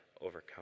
overcome